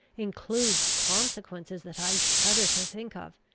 includes consequences that i shudder to think of.